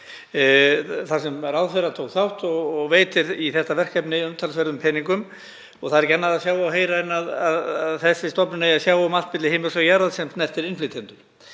þar sem ráðherrann tók þátt og veitir í þetta verkefni umtalsverðum peningum. Það er ekki annað að sjá og heyra en að þessi stofnun eigi að sjá um allt milli himins og jarðar sem snertir innflytjendur.